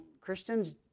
Christians